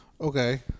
okay